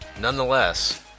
Nonetheless